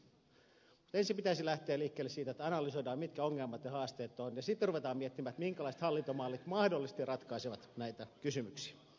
ensin pitäisi lähteä liikkeelle siitä että analysoidaan mitkä ongelmat ja haasteet ovat ja sitten ruvetaan miettimään minkälaiset hallintomallit mahdollisesti ratkaisevat näitä kysymyksiä